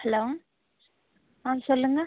hello ஆ சொல்லுங்க